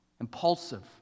impulsive